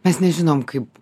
mes nežinome kaip